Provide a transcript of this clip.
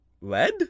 lead